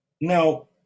Now